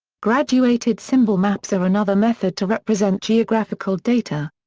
graduated symbol maps are another method to represent geographical data.